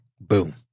boom